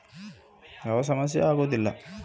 ಸಾಲ ಮರುಪಾವತಿ ಮಾಡಬೇಕಂದ್ರ ನನಗೆ ಏನಾದರೂ ಸಮಸ್ಯೆ ಆದರೆ?